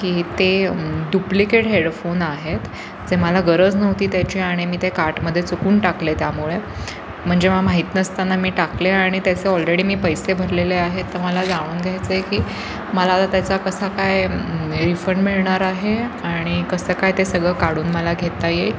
की ते duplicate headphone आहेत जे मला गरज नव्हती त्याची आणि मी ते कार्टमध्ये चुकून टाकले त्यामुळे म्हणजे मला माहीत नसताना मी टाकले आणि त्याचे ऑलरेडी मी पैसे भरलेले आहे तर मला जाणून घ्यायचं आहे की मला आता त्याचा कसा काय रिफंड मिळणार आहे आणि कसं काय ते सगळं काढून मला घेता येईल